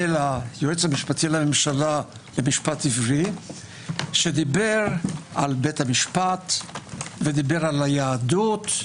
ליועץ המשפטי לממשלה למשפט עברי שדיבר על בית המשפט ועל היהדות.